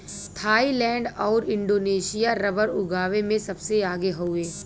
Thailand आउर Indonesia rubber उगावे में सबसे आगे हउवे